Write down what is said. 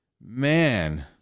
Man